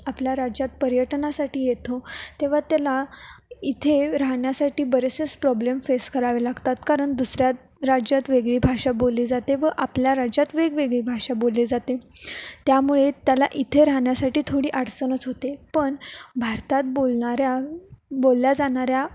आपल्या राज्यात पर्यटनासाठी येतो तेव्हा त्याला इथे राहण्यासाठी बरेचसेच प्रॉब्लेम फेस करावे लागतात कारण दुसऱ्या राज्यात वेगळी भाषा बोलली जाते व आपल्या राज्यात वेगवेगळी भाषा बोलली जाते त्यामुळे त्याला इथे राहण्यासाठी थोडी अडचणच होते पण भारतात बोलणाऱ्या बोलल्या जाणाऱ्या